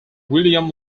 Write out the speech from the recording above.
william